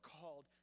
called